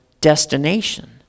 destination